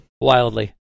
Wildly